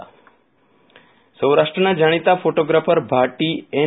Viral Rana award photographer સૌરાષ્ટ્રના જાણીતા photographer Bhati N